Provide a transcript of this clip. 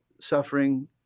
suffering